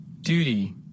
Duty